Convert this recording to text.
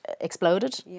exploded